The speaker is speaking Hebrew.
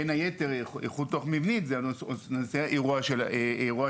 בין היתר איכות תוך מבני זה אירוע של הדברה.